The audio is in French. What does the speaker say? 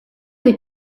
des